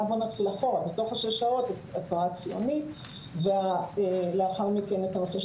ונתחיל אחורה בתוך השש שעות את התנועה הציונית ולאחר מכן את הנושא של